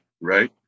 right